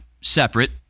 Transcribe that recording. separate